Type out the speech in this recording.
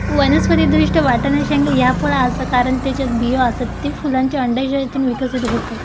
वनस्पति दृष्ट्या, वाटाणा शेंगा ह्या फळ आसा, कारण त्येच्यात बियो आसत, ते फुलांच्या अंडाशयातून विकसित होतत